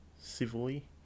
civilly